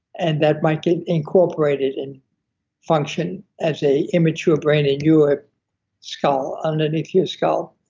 and that might get incorporated and function as a immature brain in your skull, underneath your skull.